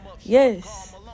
Yes